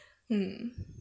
mm